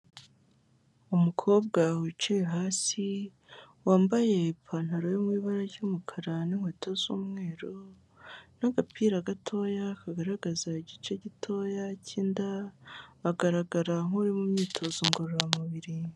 Umukobwa wicaye hasi, wambaye ipantaro iri mu ibara ry'umukara, n'inkweto z'umweru, n'agapira gatoya kagaragaza igice gitoya cy'inda, agaragara nk'uri mu myitozo ngororamubiri.